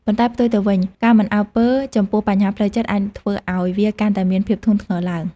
ប៉ុន្តែ ផ្ទុយទៅវិញ ការមិនអើពើចំពោះបញ្ហាផ្លូវចិត្តអាចធ្វើឲ្យវាកាន់តែមានភាពធ្ងន់ធ្ងរឡើង។